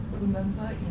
remember